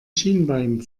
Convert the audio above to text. schienbein